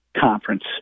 conference